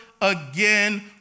again